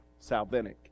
salvinic